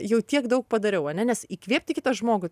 jau tiek daug padariau ane nes įkvėpti kitą žmogų